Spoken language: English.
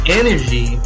energy